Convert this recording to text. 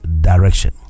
direction